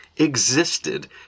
existed